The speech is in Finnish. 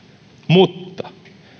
mutta